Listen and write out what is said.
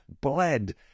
bled